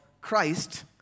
Christ